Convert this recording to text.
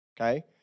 okay